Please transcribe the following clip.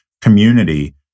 community